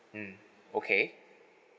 mm okay